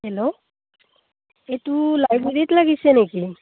hello এইটো লাইব্ৰেৰীত লাগিছে নেকি